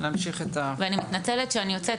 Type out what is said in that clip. אני מתנצלת שאני יוצאת.